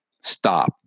Stop